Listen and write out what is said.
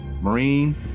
Marine